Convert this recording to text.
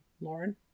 Lauren